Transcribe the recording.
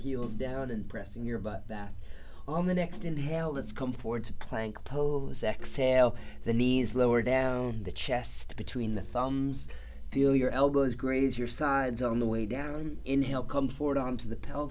heels down and pressing your butt back on the next in the hell that's come forward to playing pose exhale the knees lower down the chest between the thumbs feel your elbows graze your sides on the way down in hell come forward on to the